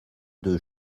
deux